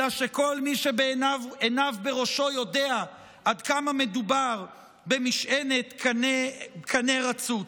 אלא שכל מי שעיניו בראשו יודע עד כמה מדובר במשענת קנה רצוץ.